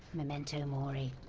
memento mori,